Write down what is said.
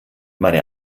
meine